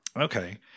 Okay